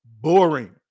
boring